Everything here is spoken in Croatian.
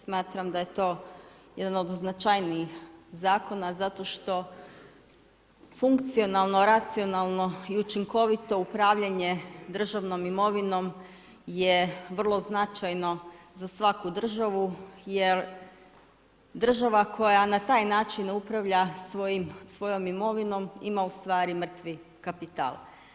Smatram da je to jedan od značajnijih zakona zato što funkcionalno, racionalno i učinkovito upravljanje državnom imovinom je vrlo značajno za svaku državu jer država koja na taj način upravlja svojom imovinom ima u stvari mrtvi kapital.